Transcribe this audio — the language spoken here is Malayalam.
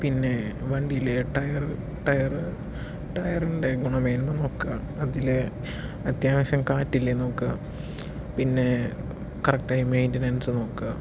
പിന്നെ വണ്ടിയിലെ ടയറ് ടയറ് ടയറിൻ്റെ ഗുണമേന്മ നോക്കുകയാണ് അതിൽ അത്യാവശ്യം കാറ്റില്ലേയെന്ന് നോക്കുക പിന്നെ കറക്റ്റ് ആയി മൈൻ്റെനൻസ് നോക്കുക